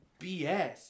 BS